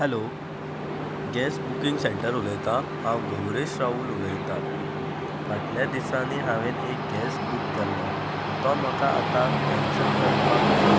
hello gas booking centre उलयता हांव गौरेश राहूल उलयतां फाटल्या दिसांनी हांवें एक गॅस बूक केल्लो तो म्हाका आतां कॅन्सल करपाक जाय